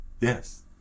Yes